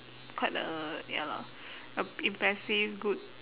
quite a ya lah uh impressive good